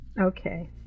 Okay